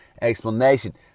explanation